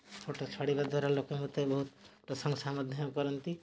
photo ଛାଡ଼ିବା ଦ୍ୱାରା ଲୋକ ମୋତେ ବହୁତ ପ୍ରଶଂସା ମଧ୍ୟ କରନ୍ତି